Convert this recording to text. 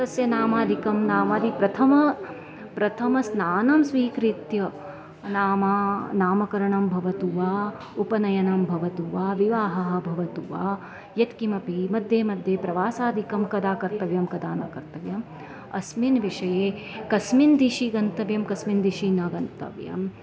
तस्य नामादिकं नामादि प्रथम प्रथमस्नानं स्वीकृत्य नाम नामकरणं भवतु वा उपनयनं भवतु वा विवाहः भवतु वा यत्किमपि मध्ये मध्ये प्रवासादिकं कदा कर्तव्यं कदा न कर्तव्यम् अस्मिन् विषये कस्मिन् दिशि गन्तव्यं कस्मिन् दिशि न गन्तव्यं